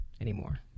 anymore